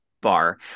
bar